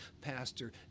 Pastor